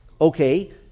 Okay